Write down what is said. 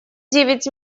девять